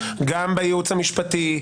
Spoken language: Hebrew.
גם בייעוץ המשפטי,